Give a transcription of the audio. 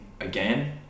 again